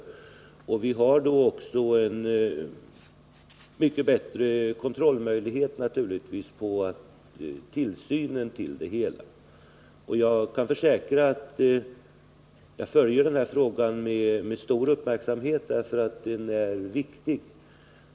Naturligtvis får vi då en bättre möjlighet till kontroll och tillsyn av det hela. Jag kan försäkra att jag med stor uppmärksamhet följer denna fråga, för den är viktig.